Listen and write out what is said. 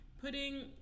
putting